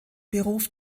beruf